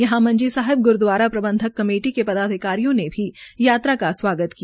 यहां मंजी साहिब ग्रूदवारा प्रंबन्धक कमेटी के पदाधिकारियों ने भी यात्रा का स्वागत किया